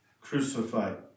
crucified